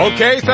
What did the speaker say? Okay